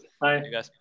Bye